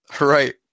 Right